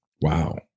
wow